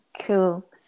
Cool